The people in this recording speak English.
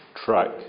track